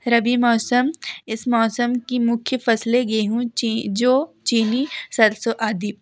रबी मौसम इस मौसम की मुख्य फसलें गेहूँ जो चीनी सरसों आदि